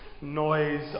noise